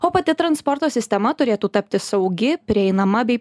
o pati transporto sistema turėtų tapti saugi prieinama bei